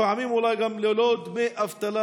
לפעמים אולי גם ללא דמי אבטלה,